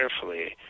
carefully